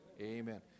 Amen